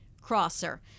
crosser